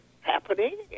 happening